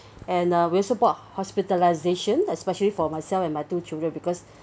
and I also bought a hospitalisation especially for myself and my two children because